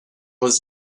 was